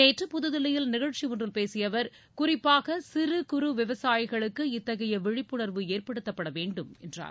நேற்று புதுதில்லியில் நிகழ்ச்சியொன்றில் பேசிய அவர் குறிப்பாக சிறு குறு விவசாயிகளுக்கு இத்தகைய விழிப்புணர்வு ஏற்படுத்தப்பட வேண்டும் என்றார்